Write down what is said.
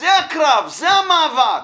זה הקרב, זה המאבק.